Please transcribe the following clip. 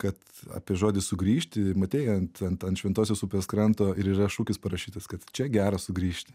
kad apie žodį sugrįžti matei ant ant ant šventosios upės kranto ir yra šūkis parašytas kad čia gera sugrįžti